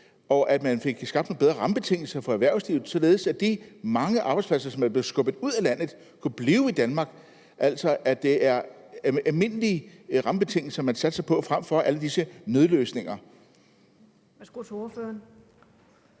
og at man får skabt nogle bedre rammebetingelser for erhvervslivet, således at de mange arbejdspladser, som er blevet skubbet ud af landet, kan blive i Danmark – altså at man satser på almindelige rammebetingelser frem for alle disse nødløsninger?